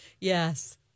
Yes